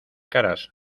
caras